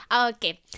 Okay